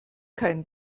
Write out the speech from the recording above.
keinen